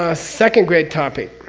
ah second great topic